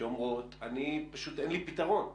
שאומרות "אין לי פשוט פתרון.